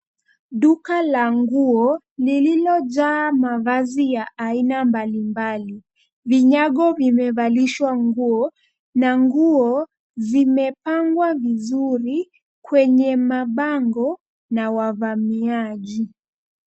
Duka la nguo lililojaa mavazi ya aina mbalimbali. Vinyago vimevalishwa nguo na nguo zimepangwa vizuri kwenye mabango na wavamiaji.